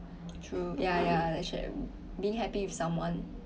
true ya ya actually being happy with someone